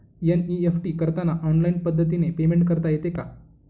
NEFT करताना online पद्धतीने payment करता येते का?